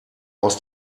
aus